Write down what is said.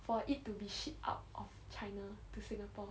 for it to be shipped out of China to Singapore